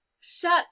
shut